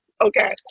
Okay